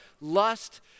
lust